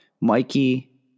Mikey